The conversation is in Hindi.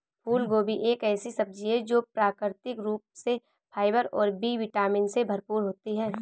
फूलगोभी एक ऐसी सब्जी है जो प्राकृतिक रूप से फाइबर और बी विटामिन से भरपूर होती है